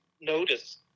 notice